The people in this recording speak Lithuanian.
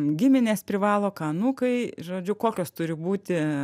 giminės privalo ką anukai žodžiu kokios turi būti